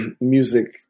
music